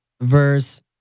verse